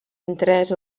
interès